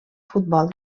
futbol